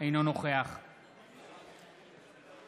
אינו נוכח אלי כהן,